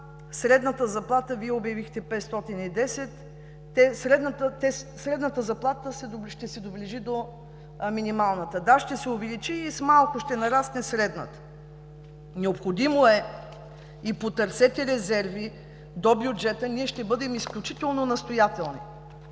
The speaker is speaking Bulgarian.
средната заплата Вие я обявихте – 510 лв. Средната заплата ще се доближи до минималната. Да, ще се увеличи и с малко ще нарасне средната. Необходимо е и потърсете резерви до бюджета, ние ще бъдем изключително настоятелни